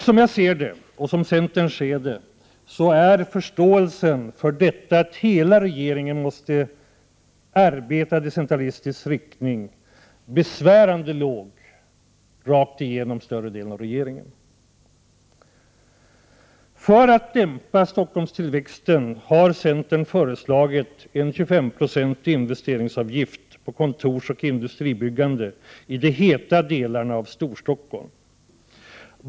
Som jag och övriga centerpartister ser det är förståelsen för att hela regeringen måste arbeta i decentralistisk riktning besvärande liten i större delen av regeringen. För att dämpa Stockholmstillväxten har centern föreslagit en 25-procentig investeringsavgift på kontorsoch industribyggande i de heta delarna av Storstockholm.